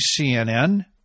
CNN